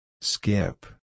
Skip